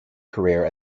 career